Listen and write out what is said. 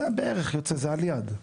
זה בערך יוצא, זה על יד.